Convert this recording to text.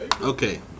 Okay